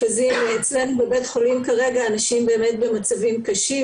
אצלנו בבית החולים כרגע מאושפזים אנשים במצבים קשים באמת.